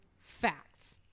facts